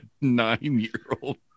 nine-year-old